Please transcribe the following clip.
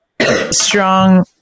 strong